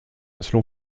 selon